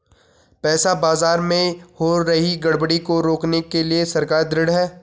पैसा बाजार में हो रही गड़बड़ी को रोकने के लिए सरकार ढृढ़ है